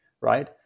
right